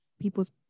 people's